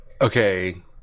Okay